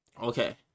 Okay